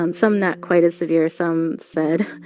um some not quite as severe. some said,